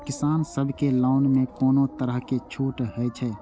किसान सब के लोन में कोनो तरह के छूट हे छे?